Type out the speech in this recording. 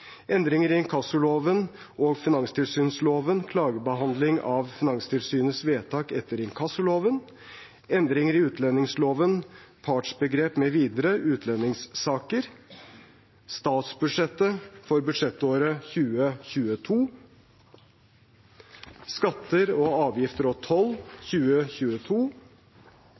Endringer i inkassoloven og finanstilsynsloven (Prop. 5 L Endringer i utlendingsloven (Prop. 6 L Statsbudsjettet 2022 (Prop. 1 S Skatter, avgifter og toll 2022